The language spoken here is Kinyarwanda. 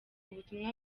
ubutumwa